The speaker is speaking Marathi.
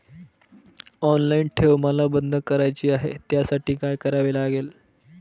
ऑनलाईन ठेव मला बंद करायची आहे, त्यासाठी काय करावे लागेल?